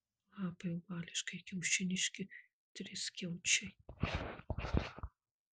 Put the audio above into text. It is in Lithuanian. lapai ovališkai kiaušiniški triskiaučiai